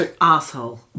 asshole